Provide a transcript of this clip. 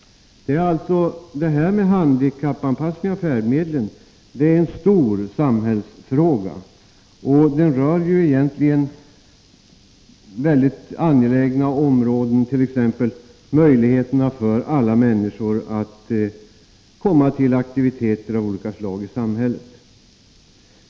Handikappanpassning av färdmedel är alltså en stor samhällsfråga, och den berör mycket angelägna områden, t.ex. möjligheterna för alla människor att komma till aktiviteter av olika slag i samhället.